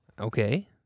Okay